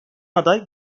aday